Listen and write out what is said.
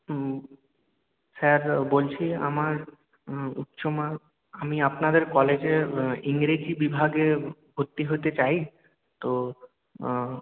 হ্যাঁ হ্যাঁ স্যার বলছি আমার উচ্চ আমি আপনাদের কলেজের ইংরেজি বিভাগে ভর্তি হতে চাই তো হ্যাঁ